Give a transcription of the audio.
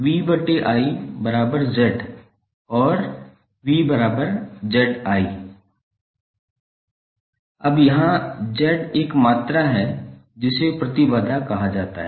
𝑽𝑰𝒁 𝑜𝑟 𝑽𝒁𝑰 अब यहाँ Z एक मात्रा है जिसे प्रतिबाधा कहा जाता है